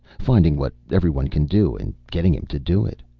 finding what every one can do and getting him to do it.